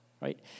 right